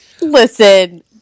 Listen